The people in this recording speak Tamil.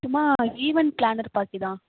சும்மா ஈவென்ட் பிளானெர் பார்ட்டி தான்